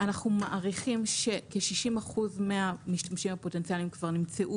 אנחנו מעריכים שכ-60% מהמשתמשים הפוטנציאליים כבר נמצאו